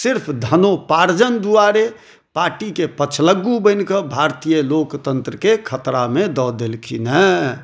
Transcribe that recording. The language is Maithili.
सिर्फ धनोपार्जन दुआरे पार्टीके पछलग्गू बनिके भारतीय लोकतंत्रके खतरामे दऽ देलखिन हँ